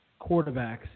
quarterbacks